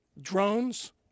drones